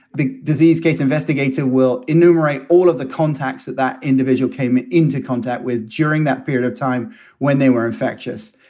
the disease case investigator will enumerate all of the contacts that that individual came into contact with during that period of time when they were infectious,